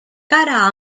cara